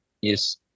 Yes